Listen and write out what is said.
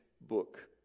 book